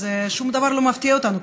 אז שום דבר כבר לא מפתיע אותנו.